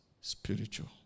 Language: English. spiritual